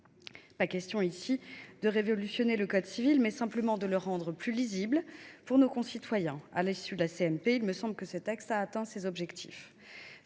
est question non pas de révolutionner le code civil, mais de le rendre plus lisible pour nos concitoyens. À l’issue de la CMP, il me semble que ce texte a atteint ces objectifs.